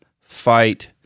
fight